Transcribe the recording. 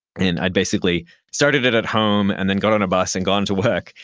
and i had basically started it at home, and then got on a bus, and gone to work,